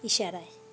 ঈশারায়